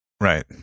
Right